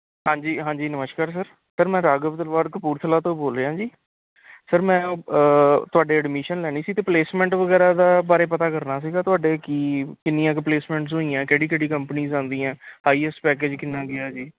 ਹਾਂਜੀ ਹਾਂਜੀ ਨਮਸਕਾਰ ਸਰ ਸਰ ਮੈਂ ਰਾਘਵ ਤਲਵਾੜ ਕਪੂਰਥਲਾ ਤੋਂ ਬੋਲ ਰਿਹਾ ਜੀ ਸਰ ਮੈਂ ਤੁਹਾਡੇ ਐਡਮਿਸ਼ਨ ਲੈਣੀ ਸੀ ਅਤੇ ਪਲੇਸਮੈਂਟ ਵਗੈਰਾ ਦਾ ਬਾਰੇ ਪਤਾ ਕਰਨਾ ਸੀਗਾ ਤੁਹਾਡੇ ਕਿ ਕਿੰਨੀਆਂ ਕੁ ਪਲੇਸਮੈਂਟਸ ਹੋਈਆਂ ਕਿਹੜੀ ਕਿਹੜੀ ਕੰਪਨੀਜ ਆਉਂਦੀਆਂ ਹਾਈਐਸਟ ਪੈਕਜ ਕਿੰਨਾ ਗਿਆ ਜੀ